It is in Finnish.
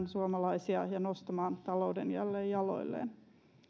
suomalaisia ja nostamaan talouden jälleen jaloilleen